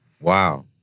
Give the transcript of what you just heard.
Wow